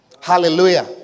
Hallelujah